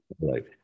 Right